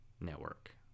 network